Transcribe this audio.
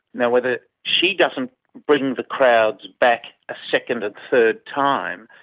now whether she doesn't bring the crowds back a second and third time,